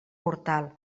mortal